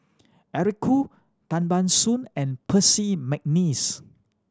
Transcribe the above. Eric Khoo Tan Ban Soon and Percy McNeice